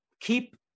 keep